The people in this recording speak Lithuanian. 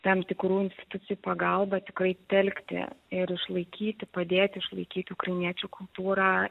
tam tikrų institucijų pagalba tikrai telkti ir išlaikyti padėti išlaikyti ukrainiečių kultūrą